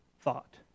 thought